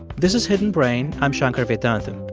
this is hidden brain. i'm shankar vedantam.